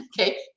okay